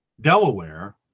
Delaware